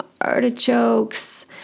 artichokes